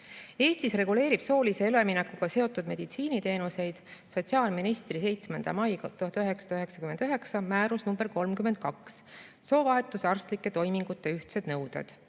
Eestis reguleerib soolise üleminekuga seotud meditsiiniteenuseid sotsiaalministri 7. mai 1999 määrus nr 32 "Soovahetuse arstlike toimingute ühtsed nõuded".